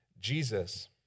Jesus